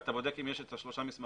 ואתה בודק אם יש את שלושת המסמכים,